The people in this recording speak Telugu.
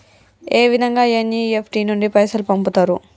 ఏ విధంగా ఎన్.ఇ.ఎఫ్.టి నుండి పైసలు పంపుతరు?